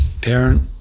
parent